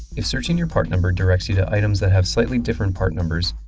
if searching your part number directs you to items that have slightly different part numbers,